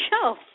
show